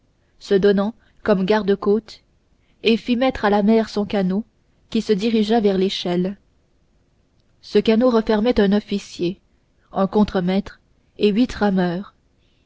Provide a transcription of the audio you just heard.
se donnant comme garde côte et fit mettre à la mer son canot qui se dirigea vers l'échelle ce canot renfermait un officier un contremaître et huit rameurs